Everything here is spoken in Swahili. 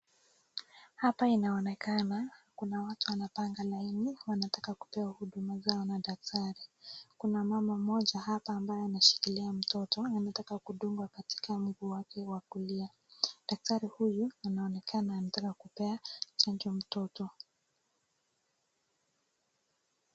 Hapa inaonekana kuna watu wanapanga laini, wanataka kupewa huduma zao na daktari. Kuna mama mmoja hapa ambaye ameshikila mtoto anataka kudungwa katika mguu wake wa kulia. Daktari huyu anaonekana anataka kumpea chanjo mtoto.